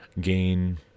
gain